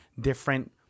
different